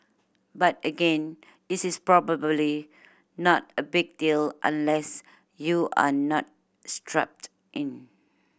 but again this is probably not a big deal unless you are not strapped in